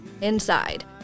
inside